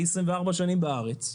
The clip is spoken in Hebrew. אני 24 שנים בארץ,